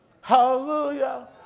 Hallelujah